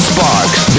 Sparks